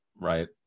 Right